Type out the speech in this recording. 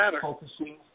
focusing